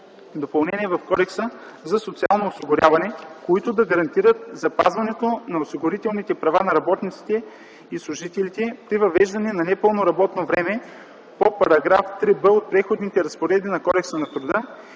допълнения в Кодекса за социално осигуряване, които да гарантират запазването на осигурителните права на работниците/служителите при въвеждане на непълно работно време – по § 3б от Преходните разпоредби на Кодекса на труда,